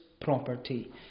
property